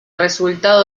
resultado